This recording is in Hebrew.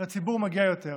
לציבור מגיע יותר.